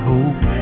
Hope